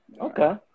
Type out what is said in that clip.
okay